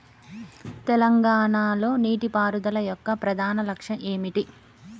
తెలంగాణ లో నీటిపారుదల యొక్క ప్రధాన లక్ష్యం ఏమిటి?